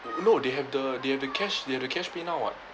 no they have the they have the cash they have the cash pay now what